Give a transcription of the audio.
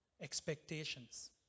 expectations